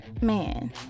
man